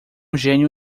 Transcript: gênio